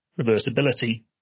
reversibility